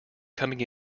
coming